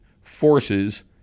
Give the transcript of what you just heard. forces